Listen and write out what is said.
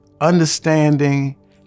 understanding